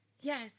Yes